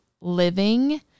living